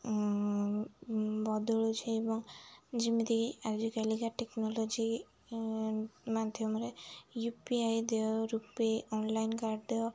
ବଦଳୁଛି ଏବଂ ଯେମିତିକି ଆଜିକାଲିକା ଟେକ୍ନୋଲୋଜି ମାଧ୍ୟମରେ ୟୁ ପି ଆଇ ଦେୟ ରୂପେ ଅନଲାଇନ୍ କାର୍ଡ଼ ଦେୟ